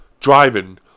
Driving